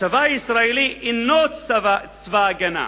הצבא הישראלי אינו צבא הגנה,